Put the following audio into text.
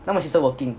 now my sister working